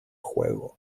juego